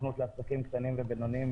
סוכנות לעסקים קטנים ובינוניים,